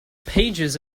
pages